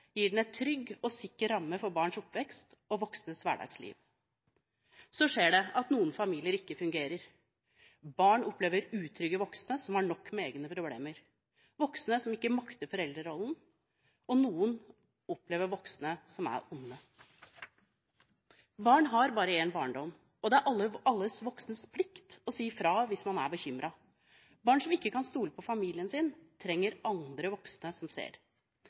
gir den en trygg og sikker ramme for barns oppvekst og voksnes hverdagsliv. Så skjer det at noen familier ikke fungerer. Barn opplever utrygge voksne som har nok med egne problemer, voksne som ikke makter foreldrerollen – og noen opplever voksne som er onde. Barn har bare én barndom, og det er alle voksnes plikt å si fra hvis man er bekymret. Barn som ikke kan stole på familien sin, trenger andre voksne som ser.